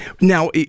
Now